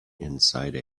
inside